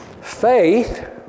Faith